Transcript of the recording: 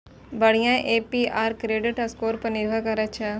बढ़िया APR credit score पर निर्भर करै छै